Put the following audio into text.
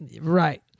Right